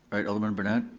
alright, alderman brunette?